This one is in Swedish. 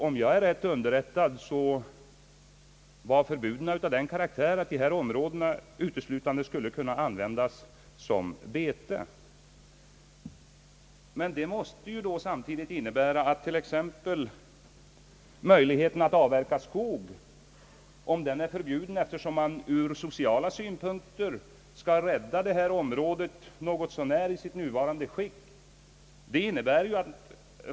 Om jag är riktigt underrättad var förbuden av den karaktären, att områdena i fråga uteslutande skulle användas som betesmark. Men detta måste ju samtidigt innebära förbud att avverka skog, eftersom man ur sociala synpunkter måste försöka rädda området något så när i dess nuvarande skick.